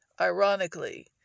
ironically